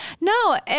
no